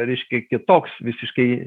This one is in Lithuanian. reiškia kitoks visiškai